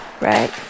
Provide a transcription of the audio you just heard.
right